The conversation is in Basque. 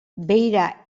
beira